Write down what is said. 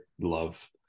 love